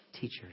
teachers